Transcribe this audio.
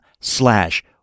slash